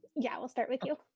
yeah we'll start with you.